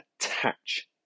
attach